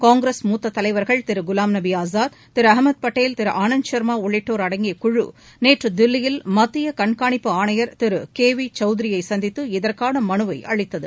காங்கிரஸ் மூத்த தலைவர்கள் திரு குவாம்நபி ஆஸாத் திரு அகமது படேல் திரு ஆனந்த் சா்மா உள்ளிட்டோர் அடங்கிய குழு நேற்று தில்லியில் மத்திய கண்காணிப்பு ஆணையர் திரு கே வி சௌத்திரியை சந்தித்து இதற்கான மனுவை அளித்தது